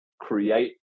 create